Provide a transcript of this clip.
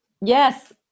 Yes